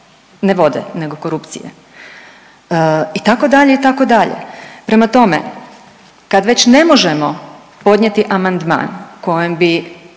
Ne vode, nego korupcije itd. itd. Prema tome, kad već ne možemo podnijeti amandman kojem bi